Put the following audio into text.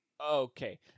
Okay